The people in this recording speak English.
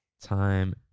time